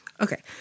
Okay